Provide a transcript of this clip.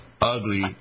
ugly